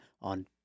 on